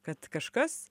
kad kažkas